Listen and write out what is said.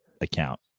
account